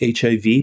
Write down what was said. HIV